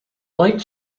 light